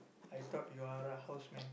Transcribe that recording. I thought you are a house man